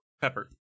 Pepper